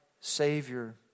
Savior